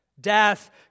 Death